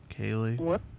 Kaylee